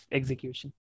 execution